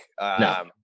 No